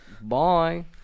Bye